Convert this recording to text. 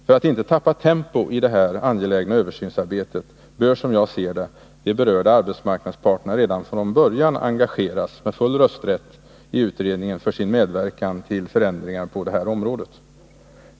För att inte tappa tempo i det här angelägna översynsarbetet bör, som jag ser det, de berörda arbetsmarknadsparterna redan från början engageras — med full rösträtt i utredningen — för sin medverkan till förändringar på det här området.